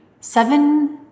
Seven